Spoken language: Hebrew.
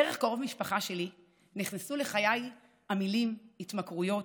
דרך קרוב משפחה שלי נכנסו לחיי המילים "התמכרויות",